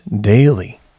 daily